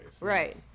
right